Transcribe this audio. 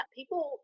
people